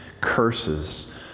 curses